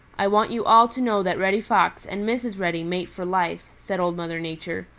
i want you all to know that reddy fox and mrs. reddy mate for life, said old mother nature.